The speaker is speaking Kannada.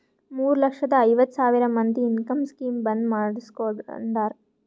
ಮೂರ ಲಕ್ಷದ ಐವತ್ ಸಾವಿರ ಮಂದಿ ಇನ್ಕಮ್ ಸ್ಕೀಮ್ ಬಂದ್ ಮಾಡುಸ್ಕೊಂಡಾರ್